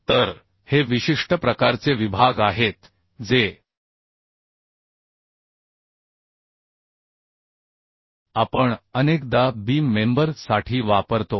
तर हे विशिष्ट प्रकारचे विभाग आहेत जे आपण अनेकदा बीम मेंबर साठी वापरतो